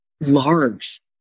large